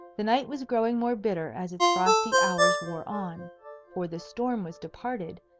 the night was growing more bitter as its frosty hours wore on for the storm was departed,